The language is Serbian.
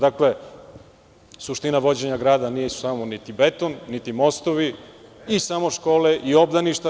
Dakle, suština vođenja grada nisu samo beton i mostovi i samo škole i obdaništa.